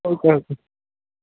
okay okay